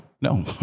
No